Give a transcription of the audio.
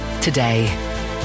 today